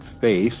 face